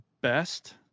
best